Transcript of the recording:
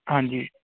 ਹਾਂਜੀ